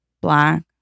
Black